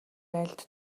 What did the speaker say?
айлд